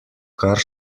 kar